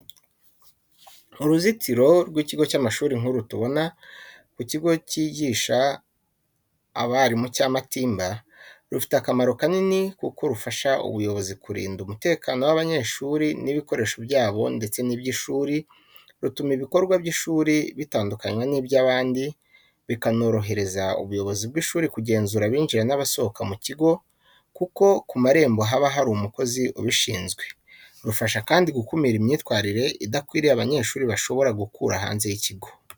Uruzitiro rw’ikigo cy’amashuri nk'uru tubona ku kigo kigisha abarimu cya Matimba, rufite akamaro kanini kuko rufasha ubuyobozi kurinda umutekano w’abanyeshuri n’ibikoresho byabo ndetse n’iby’ishuri, rutuma ibikorwa by’ishuri bitandukanywa n’iby’abandi, bikanorohereza ubuyobozi bw'ishuri kugenzura abinjira n’abasohoka mu kigo kuko ku marembo haba hari umukozi ubishinzwe. Rufasha kandi gukumira imyitwarire idakwiriye abanyeshuri bashobora gukura hanze y’ikigo.